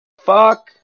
fuck